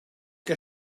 que